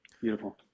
Beautiful